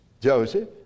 Joseph